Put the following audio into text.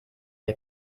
der